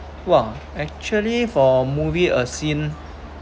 !wah! actually for movie a scene